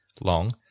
long